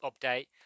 update